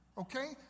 okay